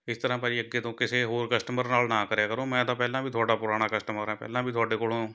ਇਸ ਤਰ੍ਹਾਂ ਭਾਅ ਜੀ ਅੱਗੇ ਤੋਂ ਕਿਸੇ ਹੋਰ ਕਸਟਮਰ ਨਾਲ ਨਾ ਕਰਿਆ ਕਰੋ ਮੈਂ ਤਾਂ ਪਹਿਲਾਂ ਵੀ ਤੁਹਾਡਾ ਪੁਰਾਣਾ ਕਸਟਮਰ ਹੈ ਪਹਿਲਾਂ ਵੀ ਤੁਹਾਡੇ ਕੋਲੋਂ